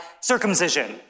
circumcision